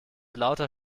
lauter